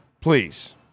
please